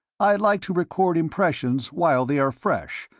i like to record impressions while they are fresh,